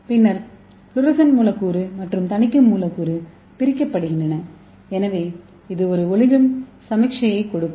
பின்னர் ஃப்ளோரசன்ஸ் மூலக்கூறு மற்றும் தணிக்கும் மூலக்கூறு பிரிக்கப்படுகின்றன எனவே இது ஒரு ஒளிரும் சமிக்ஞையை கொடுக்கும்